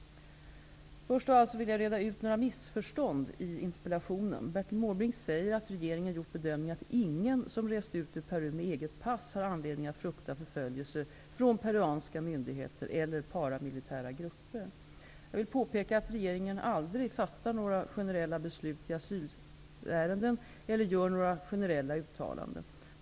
Först av allt vill jag reda ut några missförstånd i interpellationen. Bertil Måbrink säger att regeringen gjort bedömningen att ingen som rest ut ur Peru med eget pass har anledning att frukta förföljelse från peruanska myndigheter eller paramilitära grupper. Jag vill påpeka att regeringen aldrig fattar några generella beslut i asylärenden eller gör några generella uttalanden.